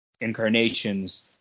incarnations